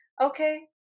okay